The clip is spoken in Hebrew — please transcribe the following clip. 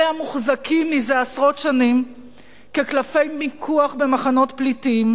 אלה המוחזקים זה עשרות שנים כקלפי מיקוח במחנות פליטים,